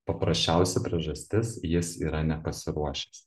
paprasčiausia priežastis jis yra nepasiruošęs